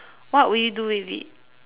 what would you do with it